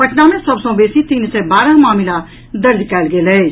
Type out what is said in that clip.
पटना मे सभ सँ बेसी तीन सय बारह मामिला दर्ज कयल गेल अछि